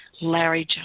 Larry